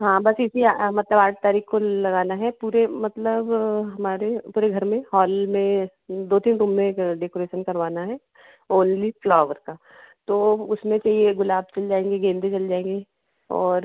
हाँ बस इसी मतलब आठ तारीख को लगन है पूरे मतलब हमारे पूरे घर में हॉल में दो तीन रूम में एक डेकोरेशन करवाना है ऑन्ली फ्लावर का तो उसमें चाहिए गुलाब चल जाएँगे गेंदे चल जाएँगे और